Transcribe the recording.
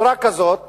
בצורה כזאת